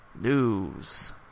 news